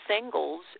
singles